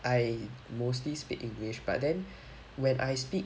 I mostly speak english but then when I speak